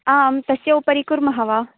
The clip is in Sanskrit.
आम् तस्य उपरि कुर्मः वा